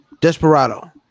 Desperado